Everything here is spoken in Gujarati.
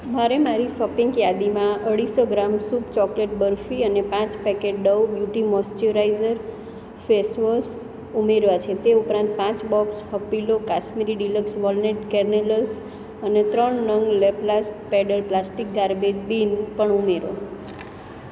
મારે મારી સોપિંગ યાદીમાં અઢીસો ગ્રામ શુબ ચોકલેટ બરફી અને પાંચ packet Dove beauty moisturiser face wash ઉમેરવાં છે તે ઉપરાંત પાંચ box Happilo Kashmiri deluxe walnut kernels અને ત્રણ નંગ લેપલાસ્ટ પેડલ પ્લાસ્ટિક ગાર્બેજ બિન પણ ઉમેરો